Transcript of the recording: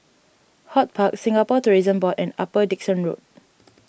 HortPark Singapore Tourism Board and Upper Dickson Road